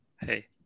Hey